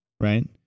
Right